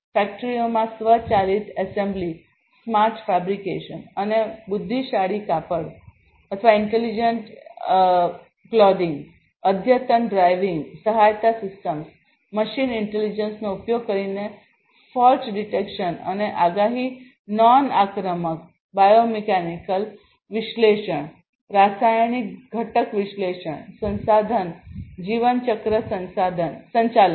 ફેક્ટરીઓમાં સ્વચાલિત assembly smart fabric અને બુદ્ધિશાળી કાપડ અદ્યતન ડ્રાઇવિંગ સહાયતા સિસ્ટમ્સ મશીન ઇન્ટેલિજન્સનો ઉપયોગ કરીને ફોલ્ટ ડિટેક્શન અને આગાહી નોન આક્રમક બાયોમેકનિકલ વિશ્લેષણ રાસાયણિક ઘટક વિશ્લેષણ સંસાધન જીવનચક્ર સંચાલન